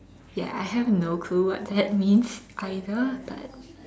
ya I have no clue what that means either but